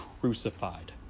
crucified